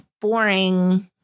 boring